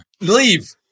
Leave